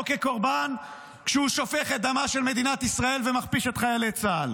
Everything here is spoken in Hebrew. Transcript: כקורבן כשהוא שופך את דמה של מדינת ישראל ומכפיש את חיילי צה"ל.